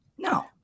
No